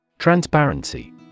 Transparency